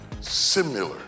similar